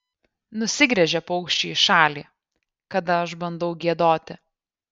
nusigręžia paukščiai į šalį kada aš bandau giedoti